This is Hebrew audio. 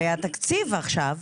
הרי התקציב עכשיו,